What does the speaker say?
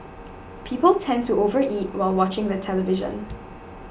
people tend to overeat while watching the television